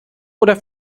oder